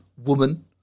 woman